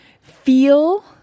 Feel